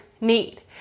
need